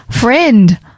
friend